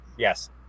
Yes